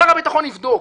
שר הביטחון יבדוק.